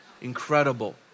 incredible